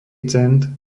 cent